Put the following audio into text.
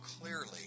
clearly